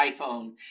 iPhone